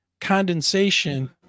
condensation